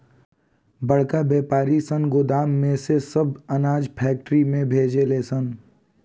बड़का वायपारी सन गोदाम में से सब अनाज फैक्ट्री में भेजे ले सन